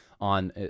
on